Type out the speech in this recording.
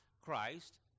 Christ